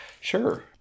Sure